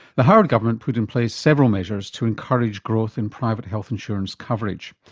the howard government put in place several measures to encourage growth in private health insurance coverage.